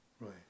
right